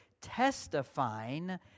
testifying